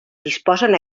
disposen